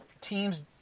teams